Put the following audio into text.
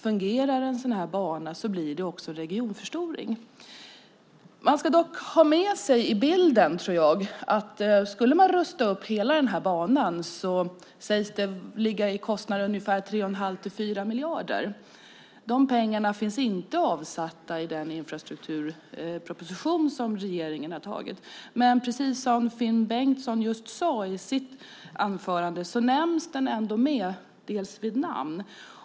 Fungerar en sådan här bana blir det också en regionförstoring. Jag tror dock att man ska ha med sig att skulle man rusta upp hela den här banan sägs kostnaden ligga på ungefär 3 1⁄2-4 miljarder. De pengarna finns inte avsatta i den infrastrukturproposition som regeringen har antagit. Men precis som Finn Bengtsson just sade i sitt anförande nämns den ändå vid namn.